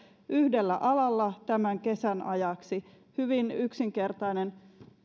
yhdellä alalla tämän kesän ajaksi hyvin yksinkertainen